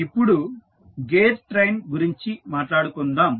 ఇప్పుడు gear train గురించి మాట్లాడుకుందాం